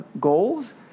goals